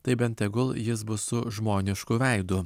tai bent tegul jis bus su žmonišku veidu